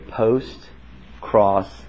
post-cross